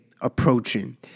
approaching